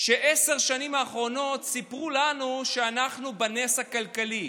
שבעשר השנים האחרונות סיפרו לנו שאנחנו בנס כלכלי,